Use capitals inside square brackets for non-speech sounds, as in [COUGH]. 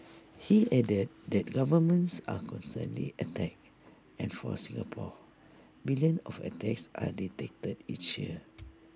he added that governments are constantly attacked and for Singapore billions of attacks are detected each year [NOISE]